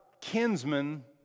kinsman